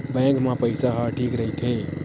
Bank मा पईसा ह ठीक राइथे?